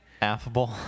Affable